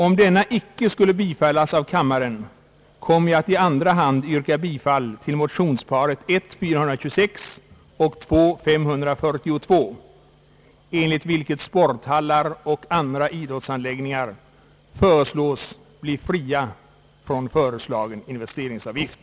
Om denna inte skulle bifallas av kammaren, kommer jag att i andra hand yrka bifall till motionsparet 1: 426 och II: 542, enligt vilket sporthallar och andra idrottsanläggningar föreslås bli fria från föreslagen investeringsavgift.